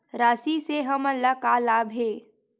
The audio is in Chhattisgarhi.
राशि से हमन ला का लाभ हे?